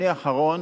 אני האחרון